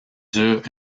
durent